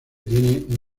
tienen